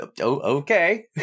Okay